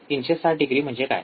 ३६० degree म्हणजे काय